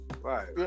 Right